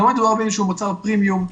לא רק שהוא מצב הפרימיום,